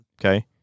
okay